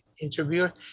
interviewer